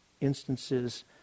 instances